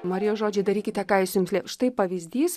marijos žodžiai darykite ką jis jums štai pavyzdys